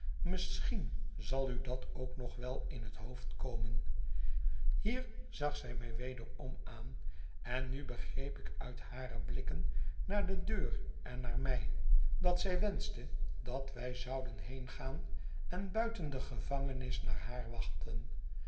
misschien zal u dat ook nog wel in het hoofd komen hier zag zij mij wederom aan en nu begreep ik uit hare blikken naar de deur en naar mij dat zij wenschte dat wij zouden heengaan en buiten de gevangenis naar haar wachten